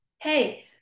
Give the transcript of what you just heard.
Hey